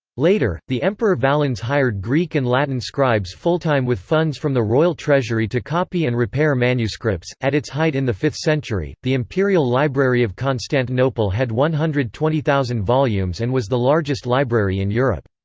later, the emperor valens hired greek and latin scribes full-time with funds from the royal treasury to copy and repair manuscripts at its height in the fifth century, the imperial library of constantinople had one hundred and twenty thousand volumes and was the largest library in europe.